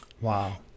wow